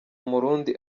murundi